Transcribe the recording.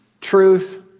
truth